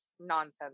nonsense